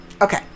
okay